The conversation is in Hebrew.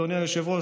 אדוני היושב-ראש,